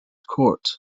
court